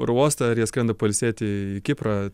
oro uostą ar jie skrenda pailsėti į kiprą